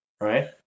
right